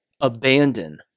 abandon